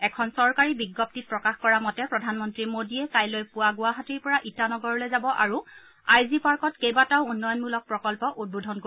এখন চৰকাৰী বিজ্ঞপ্তিত প্ৰকাশ কৰা মতে প্ৰধানমন্ত্ৰী মোডীয়ে কাইলৈ পুৱা গুৱাহাটীৰ পৰা ইটানগৰলৈ যাব আৰু আই জি পাৰ্কত কেইবাটাও উন্নয়নমূলক প্ৰকল্প উদ্বোধন কৰিব